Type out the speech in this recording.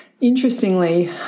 interestingly